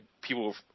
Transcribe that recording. people